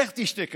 לך תשתה קפה.